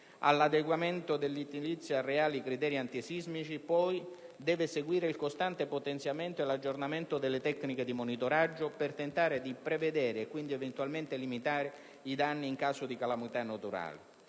All'adeguamento dell'edilizia a reali criteri antisismici deve poi seguire il costante potenziamento e l'aggiornamento delle tecniche di monitoraggio per tentare di prevedere e, quindi, eventualmente limitare i danni in caso di calamità naturali.